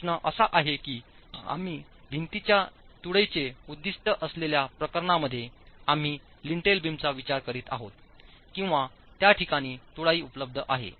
प्रश्न असा आहे की आम्ही भिंतीच्या तुळईचे उद्दीष्ट असलेल्या प्रकरणांमध्ये आम्ही लिंटेल बीमचा विचार करीत आहोत किंवा त्या ठिकाणी तुळई उपलब्ध आहे